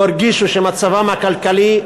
או הרגישו שמצבם הכלכלי,